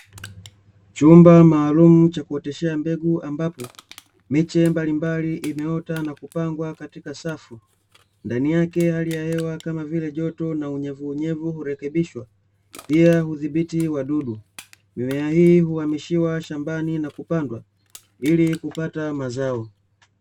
Chumba maalumu cha kuoteshea mbegu ambapo, miche mbalimbali imeota na kupangwa katika safu, ndani yake hali ya hewa kama vile; joto na unyevunyevu hurekebishwa, pia hudhibiti wadudu, mimea hii huhamishiwa shambani na kupandwa ili kupata mazao.